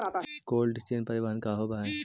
Cold chain परिवहन का होव हइ?